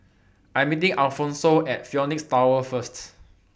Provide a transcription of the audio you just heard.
I Am meeting Alphonso At Phoenix Tower First